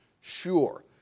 sure